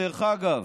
דרך אגב,